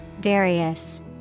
various